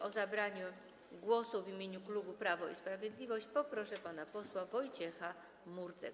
O zabranie głosu w imieniu klubu Prawo i Sprawiedliwość poproszę pana posła Wojciecha Murdzka.